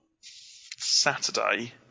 Saturday